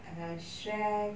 err shrek